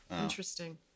Interesting